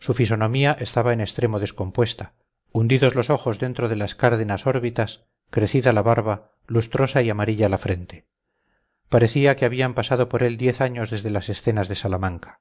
su fisonomía estaba en extremo descompuesta hundidos los ojos dentro de las cárdenas órbitas crecida la barba lustrosa y amarilla la frente parecía que habían pasado por él diez años desde las escenas de salamanca